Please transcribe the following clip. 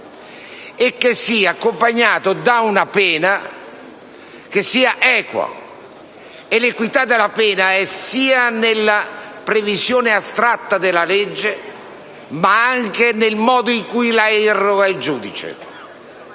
e che sia accompagnato da una pena equa. L'equità della pena sta nella previsione astratta della legge, ma anche nel modo in cui la irroga il giudice,